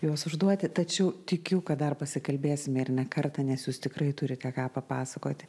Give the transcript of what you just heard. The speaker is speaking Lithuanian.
juos užduoti tačiau tikiu kad dar pasikalbėsime ir ne kartą nes jūs tikrai turite ką papasakoti